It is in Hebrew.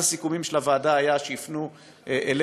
אחד הסיכומים של הוועדה היה שיפנו אליך,